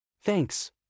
Thanks